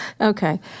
Okay